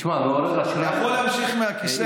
אתה יכול להמשיך מהכיסא,